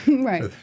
Right